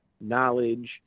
knowledge